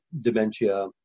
dementia